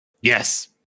yes